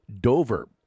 Dover